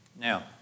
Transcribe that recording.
Now